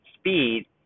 speed